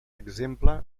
exemple